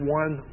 one